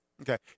Okay